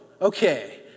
okay